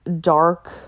dark